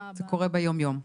זה קורה ביום-יום.